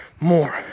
more